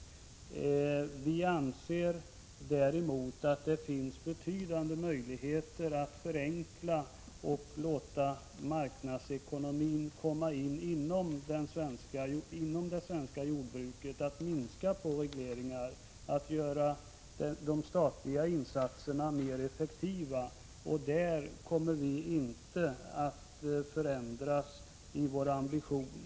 Däremot anser vi att det finns betydande möjligheter att förenkla bestämmelserna på området, att låta marknadsekonomiska krafter påverka det svenska jordbruket, att minska regleringarna och att göra de statliga insatserna mer effektiva. I dessa avseenden kommer vi inte att förändra våra ambitioner.